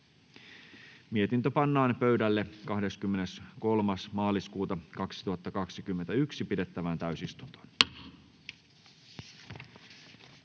mietintö pannaan pöydälle 23.3.2021 pidettävään täysistuntoon.